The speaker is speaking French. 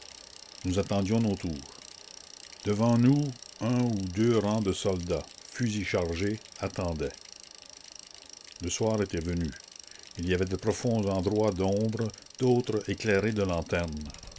nous attendions nos tours devant nous un ou deux rangs de soldats fusils chargés attendaient le soir était venu il y avait de profonds endroits d'ombre d'autres éclairés de lanternes